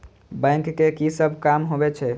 Bank के की सब काम होवे छे?